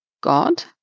God